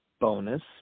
bonus